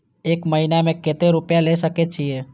एक महीना में केते रूपया ले सके छिए?